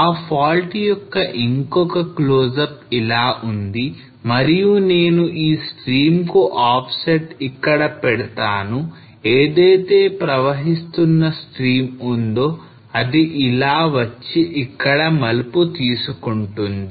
ఆ fault యొక్క ఇంకొక close up ఇలా ఉంది మరియు నేను ఈ stream కు offset ఇక్కడ పెడతాను ఏదైతే ప్రవహిస్తున్న stream ఉందో అది ఇలా వచ్చి ఇక్కడ మలుపు తీసుకుంటుంది